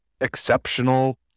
exceptional